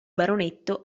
baronetto